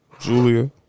Julia